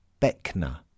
Beckner